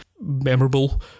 memorable